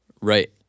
right